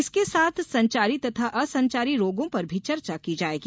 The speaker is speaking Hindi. इसके साथ संचारी तथा असंचारी रोगों पर भी चर्चा की जायेगी